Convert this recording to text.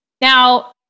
Now